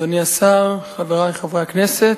תודה רבה, אדוני השר, חברי חברי הכנסת,